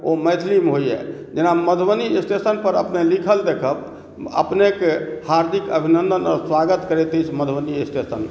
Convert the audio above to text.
ओ मैथिलीमे होइए जेना मधुबनी स्टेशनपर अपने लिखल देखब अपनेकेँ हार्दिक अभिनन्दन आ स्वागत करैत अछि मधुबनी स्टेशन